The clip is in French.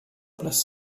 place